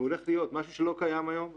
והולך להיות משהו שלא קיים היום.